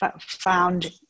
found